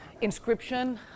inscription